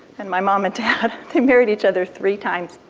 and my mom and dad they married each other three times,